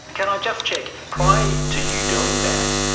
but can i just check, prior to you doing that,